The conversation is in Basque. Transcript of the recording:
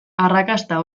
arrakasta